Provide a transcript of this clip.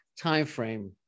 timeframe